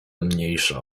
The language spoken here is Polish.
mniejsza